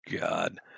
God